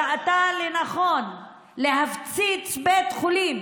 ראתה לנכון להפציץ בית חולים